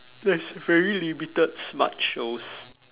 there's very limited smart shows